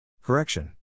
Correction